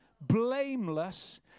blameless